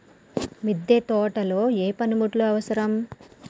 మిద్దె తోటలో ఏ పనిముట్లు అవసరం?